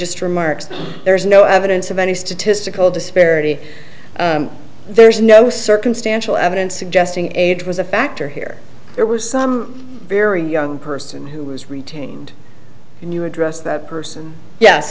just remarks there's no evidence of any statistical disparity there's no circumstantial evidence suggesting age was a factor here there was some very young person who was retained and you address that person yes